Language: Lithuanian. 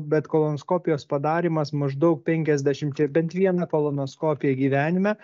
bet kolonoskopijos padarymas maždaug penkiasdešimt bent viena kolonoskopija gyvenime